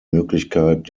möglichkeit